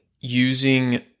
using